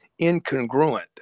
incongruent